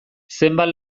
zenbat